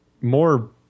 more